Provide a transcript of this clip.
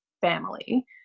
family